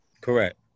Correct